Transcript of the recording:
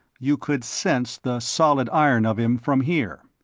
you could sense the solid iron of him from here.